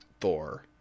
Thor